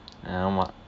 ஆமாம்:aamaam